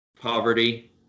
poverty